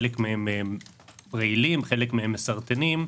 חלק מהם רעילים, חלק מהם מסרטנים,